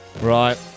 Right